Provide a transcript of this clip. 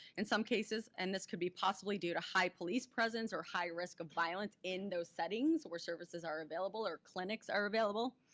in some cases, and this could be possibly due to high police presence or high risk of violence in those settings where services are available or clinics are available.